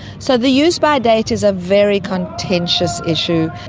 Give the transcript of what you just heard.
so the use-by date is a very contentious issue.